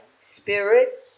Spirit